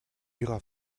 ihrer